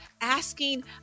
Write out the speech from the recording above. asking